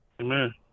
Amen